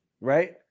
right